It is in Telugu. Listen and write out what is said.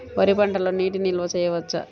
వరి పంటలో నీటి నిల్వ చేయవచ్చా?